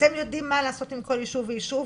אתם יודעים מה לעשות עם כל יישוב ויישוב,